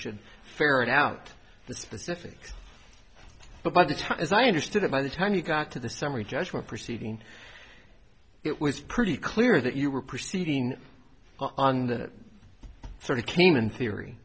should ferret out the specifics but by the time as i understood it by the time you got to the summary judgment proceeding it was pretty clear that you were proceeding on that sort of came in theory